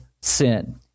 sin